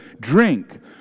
drink